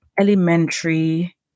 elementary